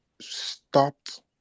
stopped